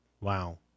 Wow